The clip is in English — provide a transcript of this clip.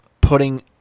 putting